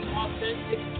authentic